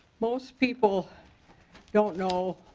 most people don't know